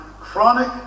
chronic